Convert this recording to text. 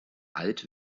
alt